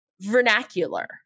vernacular